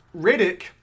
riddick